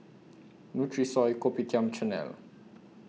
Nutrisoy Kopitiam Chanel